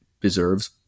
deserves